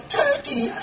turkey